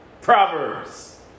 Proverbs